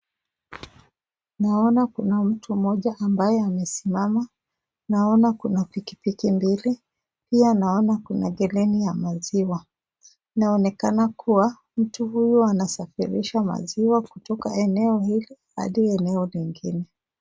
Naona kuna mtu mmoja ambaye amesimama, naona kuna pikipiki mbili pia naona kuna geleni ya maziwa inaonekana kuwa mtu huyu anasafirisha maziwa kutoka eneo hili hadi eneo lingine.